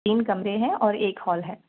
तीन कमरे हैं और एक हाॅल है